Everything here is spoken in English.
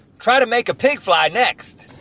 try to make a pig fly next!